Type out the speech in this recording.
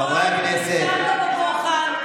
בועז, נכשלת בבוחן.